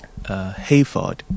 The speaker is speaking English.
Hayford